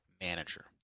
manager